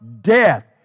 death